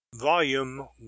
Volume